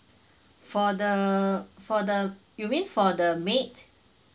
for the for the you mean for the maid